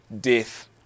death